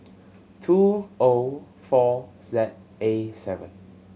two O four Z A seven